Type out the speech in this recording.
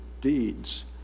deeds